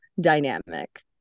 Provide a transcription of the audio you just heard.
dynamic